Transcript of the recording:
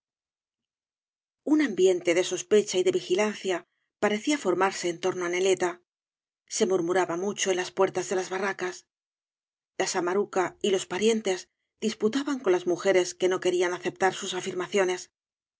uü ambiente de sospecha y de vigilancia parecía formarse en torno de neleta se murmuraba mucho en las puertas de las barracas la samaruca y loa parientes disputaban con las mujeres que no querían aceptar sus afirmaciones